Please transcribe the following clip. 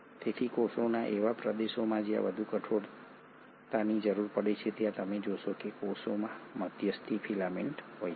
તેથી કોષના એવા પ્રદેશોમાં જ્યાં વધુ કઠોરતાની જરૂર પડે છે ત્યાં તમે જોશો કે કોષમાં મધ્યસ્થી ફિલામેન્ટ્સ હોય છે